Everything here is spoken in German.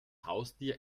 haustier